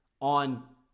on